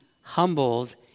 humbled